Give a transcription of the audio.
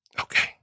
Okay